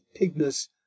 pignus